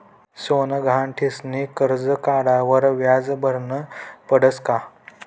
सोनं गहाण ठीसनी करजं काढावर व्याज भरनं पडस का?